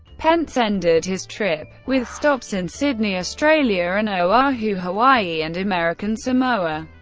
pence ended his trip with stops in sydney, australia, and oahu, hawaii and american samoa.